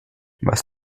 was